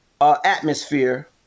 atmosphere